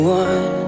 one